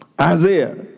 Isaiah